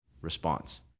response